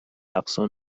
اقصا